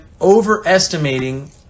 overestimating